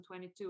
2022